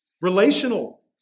Relational